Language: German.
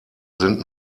sind